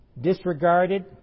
disregarded